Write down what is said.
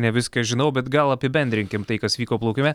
ne viską žinau bet gal apibendrinkim tai kas vyko plaukime